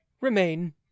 remain